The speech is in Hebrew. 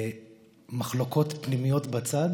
כשמחלוקות פנימיות בצד.